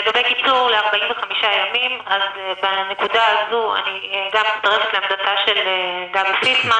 לגבי קיצור ל-45 ימים בנקודה הזו אני גם מצטרפת לעמדתה של גבי פיסמן,